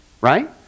Right